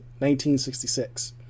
1966